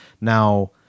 now